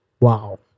Wow